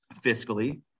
fiscally